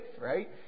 right